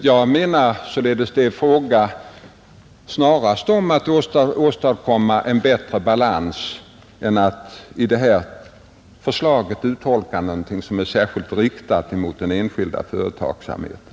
Jag menar således att man snarast skall tolka detta förslag så att vi vill åstadkomma en bättre balans, inte så att det skulle vara särskilt riktat mot den enskilda företagsamheten.